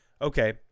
okay